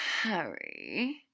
Harry